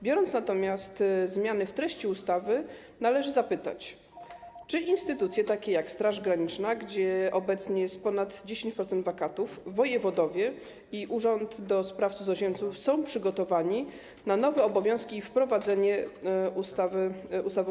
Biorąc natomiast pod uwagę zmiany w treści ustawy, należy zapytać, czy instytucje takie jak Straż Graniczna, gdzie obecnie jest ponad 10% wakatów, wojewodowie i Urząd do Spraw Cudzoziemców, są przygotowane na nowe obowiązki i wprowadzenie zmian ustawą.